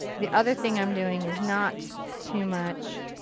the other thing i'm doing is not too much.